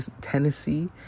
Tennessee